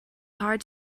hard